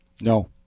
No